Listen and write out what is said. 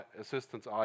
assistance